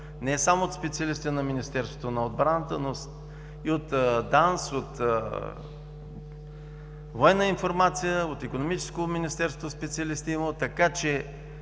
не само от специалисти на Министерството на отбраната, но и от ДАНС, от „Военна информация“, от Икономическото министерство е имало специалист, така че